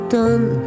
done